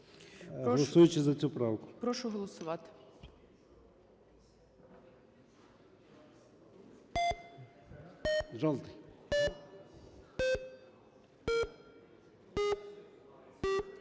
голосуючи за цю правку.